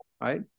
Right